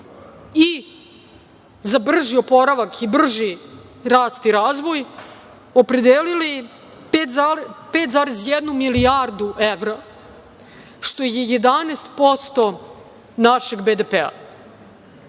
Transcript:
i za brži oporavak i za brži rast i razvoj, opredelili 5,1 milijardu evra, što je 11% našeg BDP.